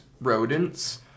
rodents